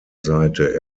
seite